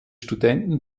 studenten